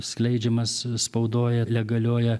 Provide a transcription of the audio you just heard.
skleidžiamas spaudoje legalioje